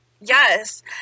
yes